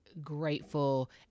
grateful